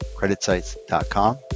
creditsites.com